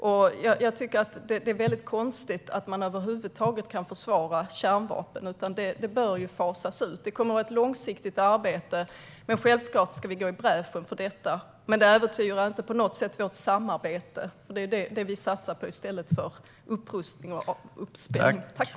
Det är konstigt att man över huvud taget kan försvara kärnvapen. De bör fasas ut. Det kommer att vara ett långsiktigt arbete, men självklart ska vi gå i bräschen för detta. Det äventyrar inte på något sätt vårt samarbete, för det är detta vi satsar på i stället för på upprustning och uppspänning.